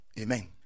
Amen